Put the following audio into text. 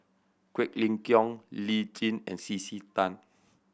Quek Ling Kiong Lee Tjin and C C Tan